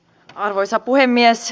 arvoisa puhemies